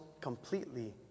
completely